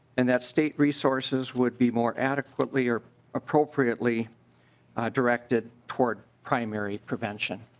and that state resources will be more adequately or appropriately directed towards primary prevention.